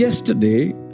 Yesterday